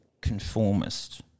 conformist